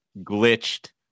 glitched